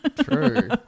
true